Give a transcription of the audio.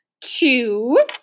two